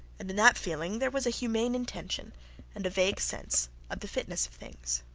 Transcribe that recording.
and in that feeling there was a humane intention and a vague sense of the fitness of things.